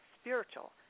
spiritual